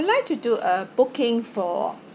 like to do a booking for